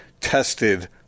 tested